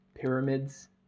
pyramids